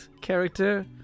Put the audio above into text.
character